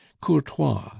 courtois